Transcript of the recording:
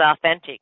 authentic